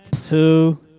two